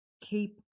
keep